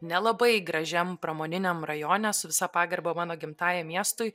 nelabai gražiam pramoniniam rajone su visa pagarba mano gimtajam miestui